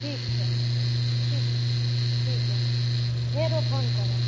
ठीक छै ठीक यऽ ठीक यऽ फेरो फोन करब